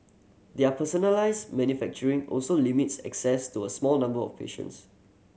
their personalised manufacturing also limits access to a small number of patients